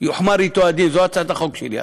יוחמר אתו הדין, זו הצעת החוק שלי.